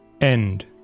End